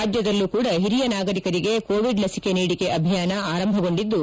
ರಾಜ್ಜದಲ್ಲೂ ಕೂಡ ಹಿರಿಯ ನಾಗರಿಕರಿಗೆ ಕೋವಿಡ್ ಲಸಿಕೆ ನೀಡಿಕೆ ಅಭಿಯಾನ ಆರಂಭಗೊಂಡಿದ್ದು